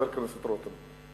חבר הכנסת רותם,